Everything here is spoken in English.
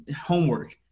homework